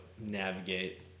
Navigate